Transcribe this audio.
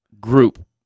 group